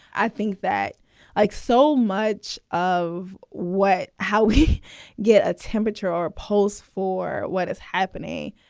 i think that like so much of what how we get a temperature or a pulse for what is happening,